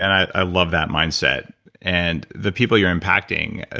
i love that mindset and the people you are impacting,